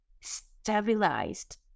stabilized